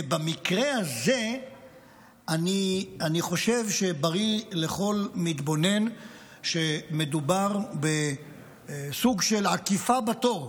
ובמקרה הזה אני חושב שברי לכל מתבונן שמדובר בסוג של עקיפה בתור.